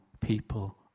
people